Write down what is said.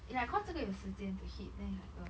ya because 这个有时间 to hit then it's like ugh